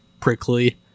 prickly